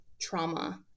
trauma